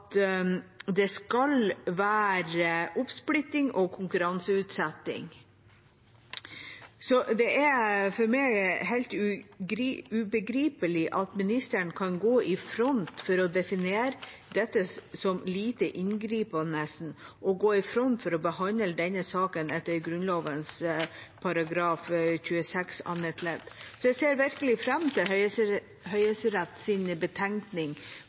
det skal være oppsplitting og konkurranseutsetting. Det er for meg helt ubegripelig at ministeren kan gå i front for å definere dette som lite inngripende og for å behandle denne saken etter Grunnloven § 26 annet ledd. Jeg ser virkelig fram til